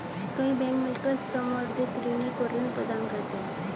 कई बैंक मिलकर संवर्धित ऋणी को ऋण प्रदान करते हैं